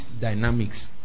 dynamics